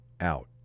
out